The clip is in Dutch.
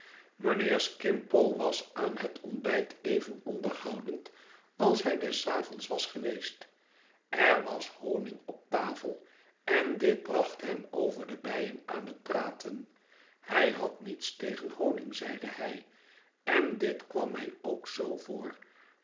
mijnheer skimpole was aan het ontbijt even onderhoudend als hij des avonds was geweest er was honig op tafel en dit bracht hem over dé bijen aan het praten hij had niets tegen honig zeide hij en dit kwam mij ook zoo voor